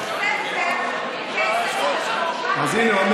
אז הינה,